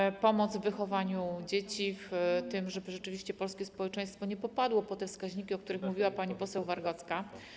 Chodzi tu też o pomoc w wychowaniu dzieci, w tym, żeby rzeczywiście polskie społeczeństwo nie podpadło pod te wskaźniki, o których mówiła pani poseł Wargocka.